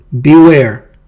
beware